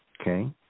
Okay